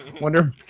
wonder